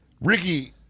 Ricky